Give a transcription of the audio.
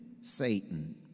Satan